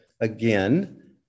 again